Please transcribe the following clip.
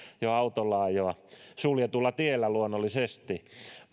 autolla ajoa suljetulla tiellä luonnollisesti